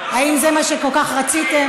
הכרה בשירות מילואים כפעילות